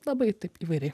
labai taip įvairiai